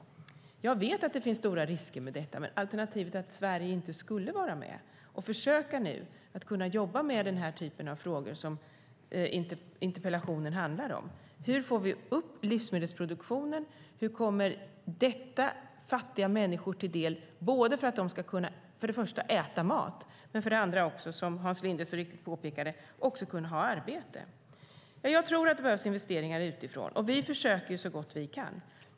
Jag vet att det finns stora risker med detta. Men alternativet är att Sverige inte skulle vara med och försöka jobba med den här typen av frågor som interpellationen handlar om. Hur får vi upp livsmedelsproduktionen? Hur kommer detta fattiga människor till del så att de för det första kan äta mat och för det andra, som Hans Linde så riktigt påpekade, kan ha arbete? Jag tror att det behövs investeringar utifrån. Och vi försöker så gott vi kan.